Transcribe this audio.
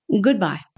Goodbye